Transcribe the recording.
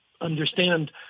understand